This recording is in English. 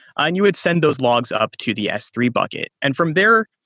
and you would send those logs up to the s three bucket. and from there,